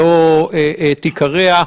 את עיקריה,